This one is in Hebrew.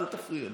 אל תפריע.